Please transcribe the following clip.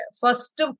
first